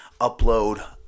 upload